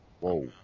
Whoa